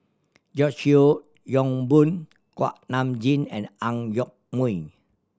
George Yeo Yong Boon Kuak Nam Jin and Ang Yoke Mooi